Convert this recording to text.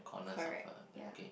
correct ya